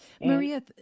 Maria